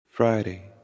Friday